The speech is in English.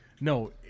No